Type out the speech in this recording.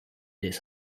this